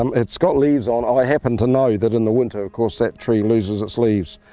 um it's got leaves on. ah i happen to know that in the winter of course that tree loses its leaves.